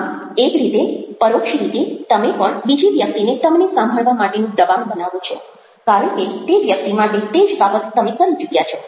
આમ એક રીતે પરોક્ષ રીતે તમે પણ બીજી વ્યક્તિને તમને સાંભળવા માટેનું દબાણ બનાવો છો કારણ કે તે વ્યક્તિ માટે તે જ બાબત તમે કરી ચૂક્યા છો